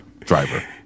driver